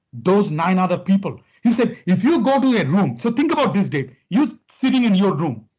those nine other people. he said if you go to a ah room. so think about this dave. you sitting in your room.